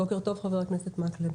בוקר טוב חבר הכנסת מקלב.